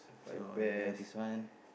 so I only already have this one